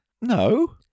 No